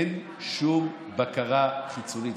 אין שום בקרה חיצונית.